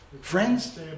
Friends